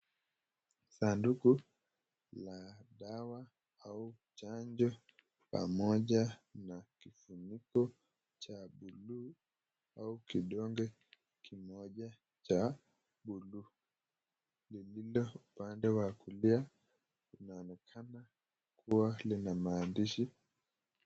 Sanduku la dawa au chanjo pamoja na kifuniko cha buluu au kitonge kimoja cha buluu ililo upande ya kulia linaonekana kuwa na mandishi.